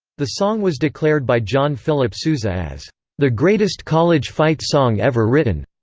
the song was declared by john philip sousa as the greatest college fight song ever written.